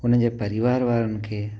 उन्हनि जे परिवार वारनि खे